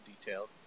detailed